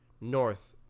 north